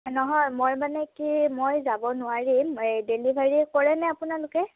নহয় মই মানে কি মই যাব নোৱাৰিম এই ডেলিভেৰী কৰেনে আপোনলোকে